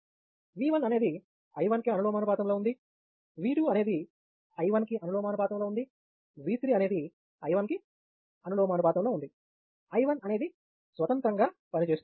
V1 అనేది I1 కి అనులోమానుపాతంలో ఉంది V2 అనేది I1 కి అనులోమానుపాతంలో ఉంది V3 అనేది I1 కి అనులోమానుపాతంలో ఉంది I1 అనేది స్వతంత్రంగా పనిచేస్తుంది